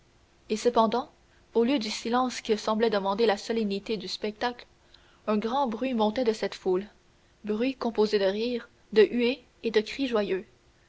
et cependant au lieu du silence que semblait commander la solennité du spectacle un grand bruit montait de cette foule bruit composé de rires de huées et de cris joyeux